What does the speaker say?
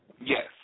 Yes